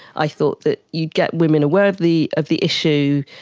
i thought that you'd get women aware of the of the issue,